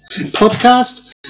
podcast